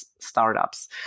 startups